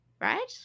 right